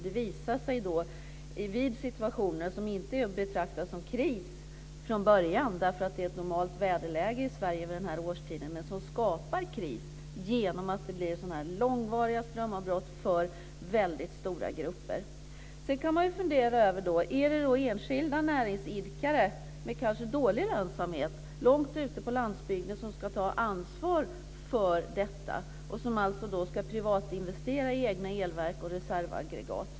Det visar sig vid situationer som inte är betrakta som kriser från början, eftersom det är ett normalt väderläge i Sverige vid den här årstiden, men där det skapas kriser genom att det blir sådana här långvariga strömavbrott för väldigt stora grupper. Sedan kan man fundera över om det är enskilda näringsidkare, kanske med dålig lönsamhet, långt ute på landsbygden som ska ta ansvar för detta och som alltså ska privatinvestera i egna elverk och reservaggregat.